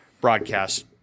broadcast